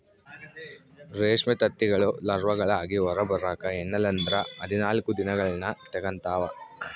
ರೇಷ್ಮೆ ತತ್ತಿಗಳು ಲಾರ್ವಾಗಳಾಗಿ ಹೊರಬರಕ ಎನ್ನಲ್ಲಂದ್ರ ಹದಿನಾಲ್ಕು ದಿನಗಳ್ನ ತೆಗಂತಾವ